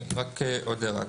רק עוד הערה,